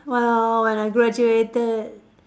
well when I graduated